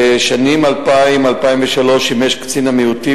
שימש בשנים 2000 2003 קצין המיעוטים,